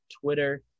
Twitter